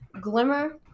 Glimmer